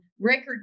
record